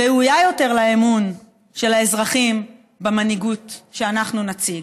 ראויה יותר לאמון של האזרחים במנהיגות שאנחנו נציג.